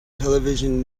television